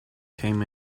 came